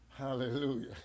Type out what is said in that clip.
Hallelujah